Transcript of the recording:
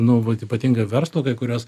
nu vat ypatingai verslo kai kuriuos